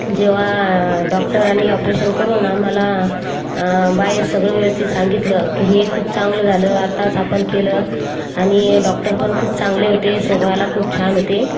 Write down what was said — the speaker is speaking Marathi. जेव्हा डॉक्टरांनी ऑपरेशन करून आम्हाला बाहेर सगळं व्यवस्थित सांगितलं की हे खूप चांगलं झालं आत्ताच आपण केलं आणि डॉक्टर पण खूप चांगले होते स्वभावाला खूप छान होते